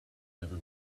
never